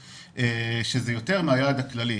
שזה יותר מהיעד הכללי.